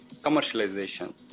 commercialization